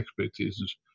expectations